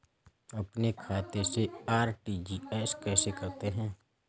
अपने खाते से आर.टी.जी.एस कैसे करते हैं?